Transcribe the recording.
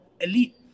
elite